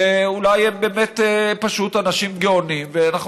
שאולי הם באמת פשוט אנשים גאונים ואנחנו